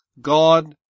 God